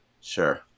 Sure